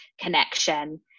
connection